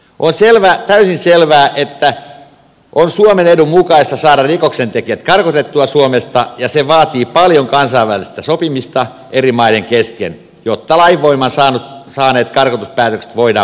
on täysin selvää että on suomen edun mukaista saada rikoksentekijät karkotettua suomesta ja vaatii paljon kansainvälistä sopimista eri maiden kesken jotta lainvoiman saaneet karkotuspäätökset voidaan panna täytäntöön